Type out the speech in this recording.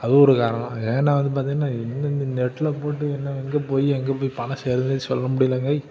அது ஒரு காரணம் ஏன்னா வந்து பார்த்தீங்கன்னா இந்த இந்த இந்த நெட்டில் போட்டு நான் எங்கே போய் எங்கே போய் பணம் சேருதுன்னு சொல்ல முடியலேங்க